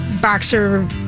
Boxer